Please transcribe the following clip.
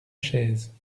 chaise